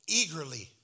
eagerly